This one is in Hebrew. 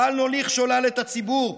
בל נוליך שולל את הציבור.